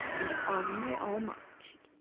and on they all marched.